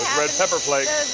red pepper flakes